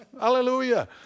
Hallelujah